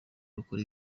rukora